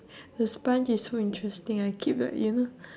the sponge is so interesting I keep like you know